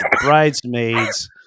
Bridesmaids